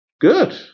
Good